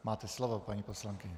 Máte slovo, paní poslankyně.